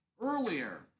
earlier